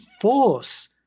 force